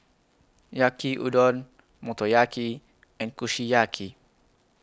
Yaki Udon Motoyaki and Kushiyaki